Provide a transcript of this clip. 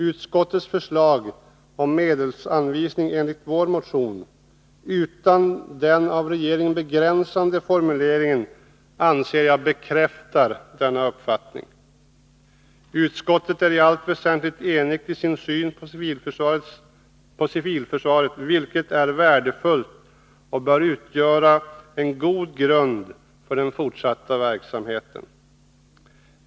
Utskottets förslag om medelsanvisning enligt vår motion, utan den av regeringen föreslagna begränsande formuleringen, anser jag bekräftar denna uppfattning. Utskottet är i allt väsentligt enigt i sin syn på civilförsvaret, något som är värdefullt och bör utgöra en god grund för den fortsatta verksamheten.